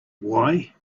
why